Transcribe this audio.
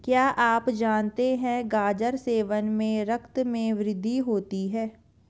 क्या आप जानते है गाजर सेवन से रक्त में वृद्धि होती है?